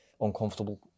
uncomfortable